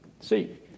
See